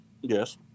Yes